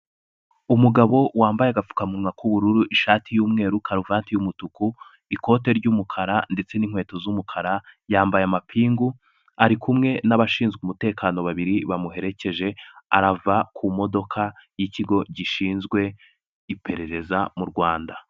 Umugabo wambaye agapfukamunwa k'ubururu, ishati y'umweru, karuvati y'umutuku, ikote ry'umukara ndetse n'inkweto z'umukara, yambaye amapingu ari kumwe n'abashinzwe umutekano babiri bamuherekeje, arava ku modoka y'ikigo gishinzwe iperereza mu Rwanda.